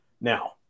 Now